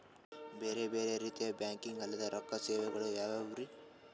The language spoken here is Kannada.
ಬೇರೆ ಬೇರೆ ರೀತಿಯ ಬ್ಯಾಂಕಿಂಗ್ ಅಲ್ಲದ ರೊಕ್ಕ ಸೇವೆಗಳು ಯಾವ್ಯಾವ್ರಿ?